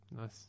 Nice